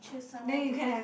choose someone with